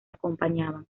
acompañaban